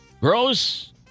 Gross